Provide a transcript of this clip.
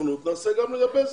הסוכנות נעשה גם לגבי זה.